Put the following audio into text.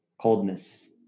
coldness